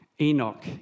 Enoch